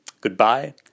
Goodbye